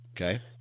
Okay